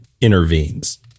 intervenes